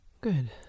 Good